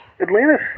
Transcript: Atlantis